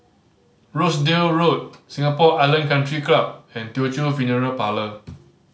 Rochdale Road Singapore Island Country Club and Teochew Funeral Parlour